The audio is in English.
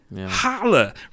holla